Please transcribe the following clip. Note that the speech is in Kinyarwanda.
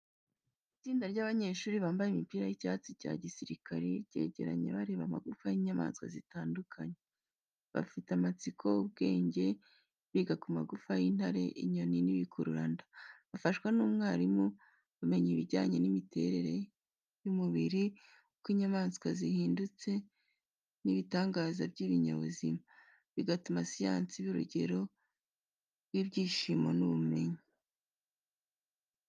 Itsinda ry’abanyeshuri bambaye amipira y’icyatsi cya gisirikare ryegeranye bareba amagufwa y’inyamaswa zitandukanye. Bafite amatsiko n’ubwenge, biga ku magufwa y’intare, inyoni n’ibikururanda. Bafashwa n’umwarimu, bamenya ibijyanye n’imiterere y’umubiri, uko inyamaswa zahindutse n’ibitangaza by’ibinyabuzima, bigatuma siyanse iba urugendo rw’ibyishimo n’ubumenyi.